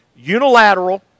Unilateral